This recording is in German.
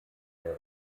der